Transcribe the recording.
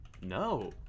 No